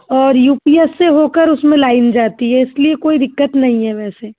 और U P S से होकर उसमें लाइन जाती है इसलिए कोई दिक्कत नहीं है वैसे